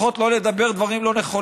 לפחות לא לומר דברים לא נכונים,